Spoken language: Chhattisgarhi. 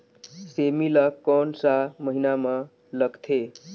सेमी ला कोन सा महीन मां लगथे?